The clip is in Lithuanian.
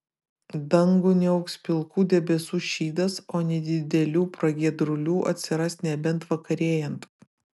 dangų niauks pilkų debesų šydas o nedidelių pragiedrulių atsiras nebent vakarėjant